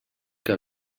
que